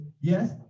Yes